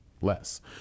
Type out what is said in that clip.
less